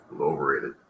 overrated